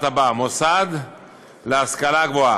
'מוסד להשכלה גבוהה'